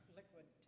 liquid